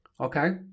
okay